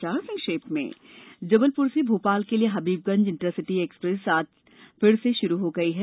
समाचार संक्षेप में जबलपुर से भोपाल के लिए हबीबगंज इंटरसिटी एक्सप्रेस आज से फिर शुरू हो गयी है